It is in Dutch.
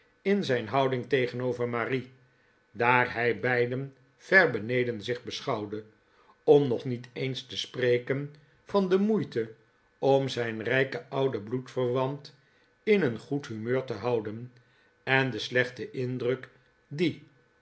in zijn houding tegenover marie daar hij beiden ver beneden zich beschouwde om nog niet eens te spreken van de moeite om zijn rijken ouden bloedverwant in een goed humeur te houden en den slechten indruk die